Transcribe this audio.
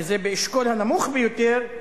שזה באשכול הנמוך ביותר,